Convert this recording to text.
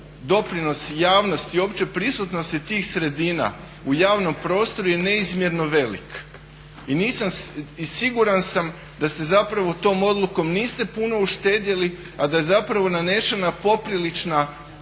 doprinos javnosti, općoj prisutnosti tih sredina u javnom prostoru je neizmjerno velik. I siguran sam da zapravo tom odlukom niste puno uštedjeli a da je zapravo nanešena poprilična